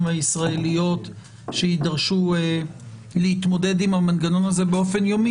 והישראליות שיידרשו להתמודד עם המנגנון הזה באופן יומי.